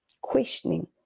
questioning